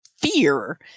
fear